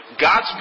God's